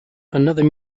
another